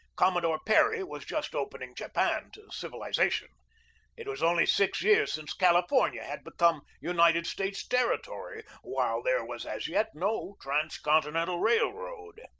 commodore perry was just opening japan to civilization it was only six years since california had become united states ter ritory while there was as yet no transcontinental railroad.